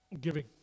Giving